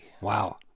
Wow